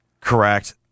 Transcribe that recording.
Correct